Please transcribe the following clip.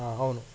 అవును